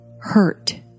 hurt